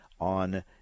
on